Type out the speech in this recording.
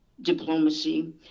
diplomacy